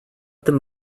them